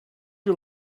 you